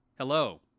Hello